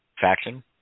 faction